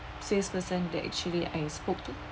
salesperson that actually I spoke to